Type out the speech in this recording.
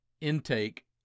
intake